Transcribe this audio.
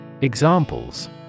Examples